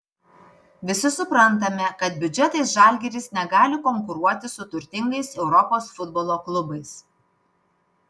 visi suprantame kad biudžetais žalgiris negali konkuruoti su turtingais europos futbolo klubais